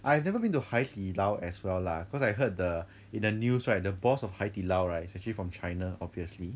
I have never been to 海底捞 as well lah cause I heard the in the news right the boss of 海底捞 right is actually from china obviously